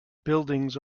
buildings